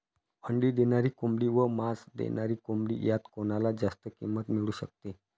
अंडी देणारी कोंबडी व मांस देणारी कोंबडी यात कोणाला जास्त किंमत मिळू शकते?